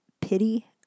pity